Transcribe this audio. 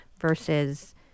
versus